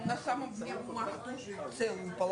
שאפשר להסתובב עם זה ושהמשטרה טועה.